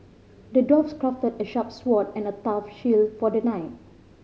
the dwarf crafted a sharp sword and a tough shield for the knight